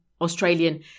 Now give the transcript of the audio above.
Australian